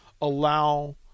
allow